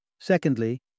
Secondly